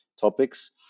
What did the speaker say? topics